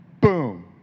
Boom